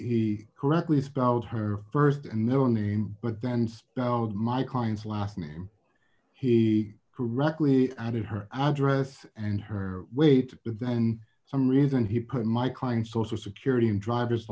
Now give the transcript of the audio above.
see correctly spelled her st and no name but then spelled my client's last name he correctly added her address and her weight but then some reason he put my client's social security and driver's